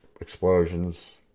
explosions